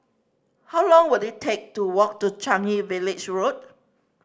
how long will it take to walk to Changi Village Road